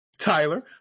Tyler